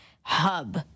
hub